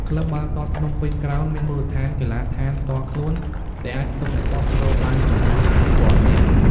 ក្លឹបបាល់ទាត់ភ្នំពេញក្រោនមានមូលដ្ឋានកីឡដ្ឋានផ្ទាល់ខ្លួន ដែលអាចផ្ទុកអ្នកគាំទ្របានប្រមាណ ៥,០០០ នាក់។